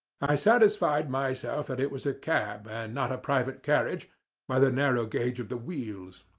i satisfied myself that it was a cab and not a private carriage by the narrow gauge of the wheels.